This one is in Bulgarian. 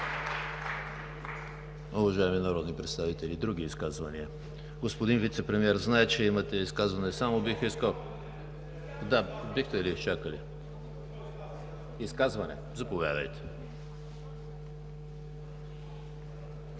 Уважаеми народни представители, други изказвания? Господин Вицепремиер, зная че имате изказване. Само бих искал… Изказване? Заповядайте.